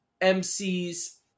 MCs